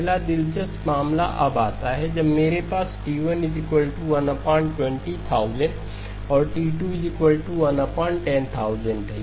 पहला दिलचस्प मामला अब आता है जब मेरे पास T1120000 और T2110000 है